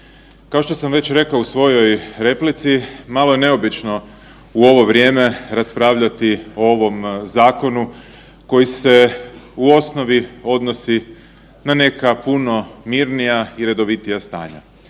kao što sam već rekao u svojoj replici malo je neobično u ovo vrijeme raspravljati o ovom zakonu koji se u osnovi odnosi na neka puno mirnija i redovitija stanja.